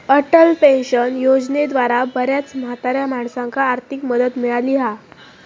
Atal pension योजनेद्वारा बऱ्याच म्हाताऱ्या माणसांका आर्थिक मदत मिळाली हा